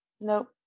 Nope